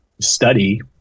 study